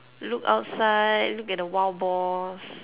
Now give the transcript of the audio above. look outside look at the wild boars